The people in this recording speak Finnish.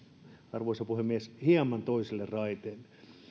arvoisa puhemies hieman toisille raiteille